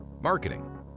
marketing